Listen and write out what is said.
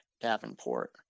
Davenport